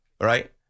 right